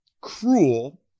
cruel